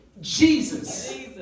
Jesus